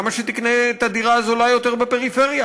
למה שתקנה את הדירה הזולה יותר בפריפריה?